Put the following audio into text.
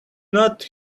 not